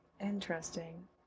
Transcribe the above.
Interesting